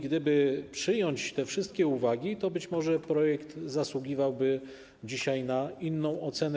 Gdyby przyjęto te wszystkie uwagi, być może projekt zasługiwałby dzisiaj na inną ocenę.